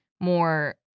more